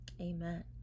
amen